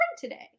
today